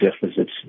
deficits